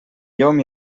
llom